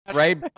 right